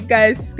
Guys